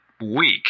week